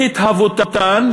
בהתהוותן,